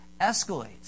escalates